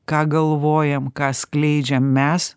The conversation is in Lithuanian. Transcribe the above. ką galvojam ką skleidžiam mes